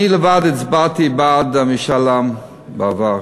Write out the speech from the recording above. אני עצמי הצבעתי בעד משאל עם בעבר.